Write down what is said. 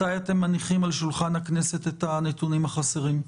מתי אתם מניחים על שולחן הכנסת את הנתונים החסרים.